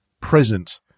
present